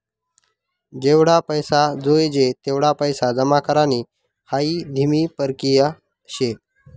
जेवढा पैसा जोयजे तेवढा पैसा जमा करानी हाई धीमी परकिया शे